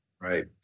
Right